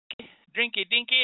drinky-dinky